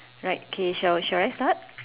right kay shall shall I start